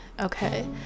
Okay